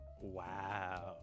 wow